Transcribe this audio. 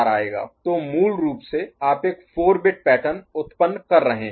तो मूल रूप से आप एक 4 बिट पैटर्न उत्पन्न कर रहे हैं